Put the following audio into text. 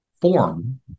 form